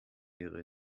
ihre